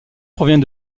provient